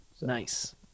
Nice